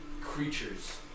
creatures